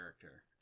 character